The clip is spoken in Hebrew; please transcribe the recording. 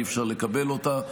ואי-אפשר לקבל אותה.